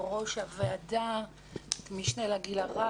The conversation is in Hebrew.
ראש ועדת המשנה לגיל הרך.